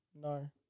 No